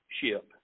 ship